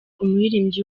umuririmbyi